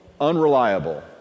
unreliable